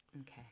Okay